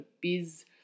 biz